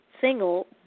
single